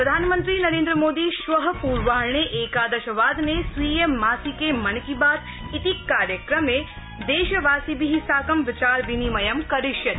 प्रधानमन्त्री नरेन्द्रमोदी श्व पूर्वाहे एकादश वादने स्वीये मासिके मन की बात इति कार्यक्रमे देशवासिभि साकं विचार विनिमयं करिष्यति